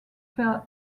faire